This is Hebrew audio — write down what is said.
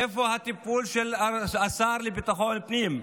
איפה הטיפול של השר לביטחון פנים?